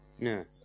No